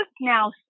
now